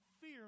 fear